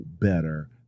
better